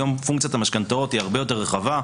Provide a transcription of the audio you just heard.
היום פונקציית המשכנתאות היא הרבה יותר רחבה,